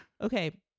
Okay